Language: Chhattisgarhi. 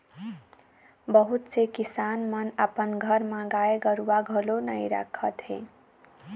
बहुत से किसान मन अपन घर म गाय गरूवा घलोक नइ राखत हे